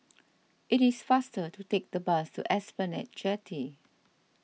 it is faster to take the bus to Esplanade Jetty